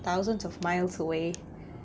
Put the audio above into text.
thousands of miles away